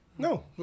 No